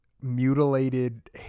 mutilated